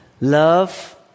Love